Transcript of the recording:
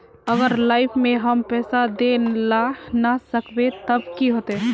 अगर लाइफ में हम पैसा दे ला ना सकबे तब की होते?